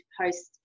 post